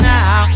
Now